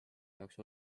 jaoks